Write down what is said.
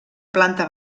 planta